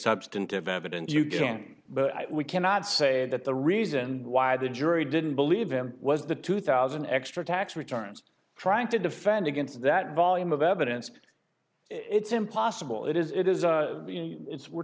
substantive evidence you can but we cannot say that the reason why the jury didn't believe him was the two thousand extra tax returns trying to defend against that volume of evidence it's impossible it is it is it's we're